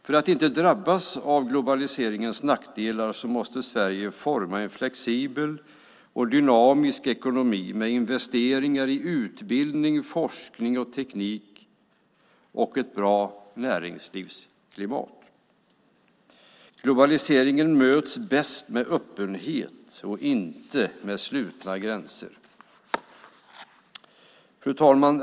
För att inte drabbas av globaliseringens nackdelar måste Sverige forma en flexibel och dynamisk ekonomi med investeringar i utbildning, forskning, teknik och ett bra näringslivsklimat. Globaliseringen möts bäst med öppenhet och inte slutna gränser. Fru talman!